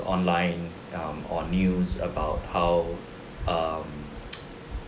online um or news about how um